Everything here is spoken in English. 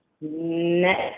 next